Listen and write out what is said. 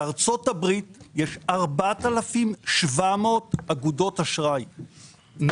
בארצות הברית יש 4,700 אגודות אשראי,